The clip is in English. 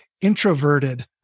introverted